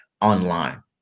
online